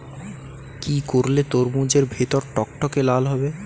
কি করলে তরমুজ এর ভেতর টকটকে লাল হবে?